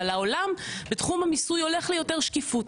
אבל העולם בתחום המיסוי הולך ליותר שקיפות,